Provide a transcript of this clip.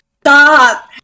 stop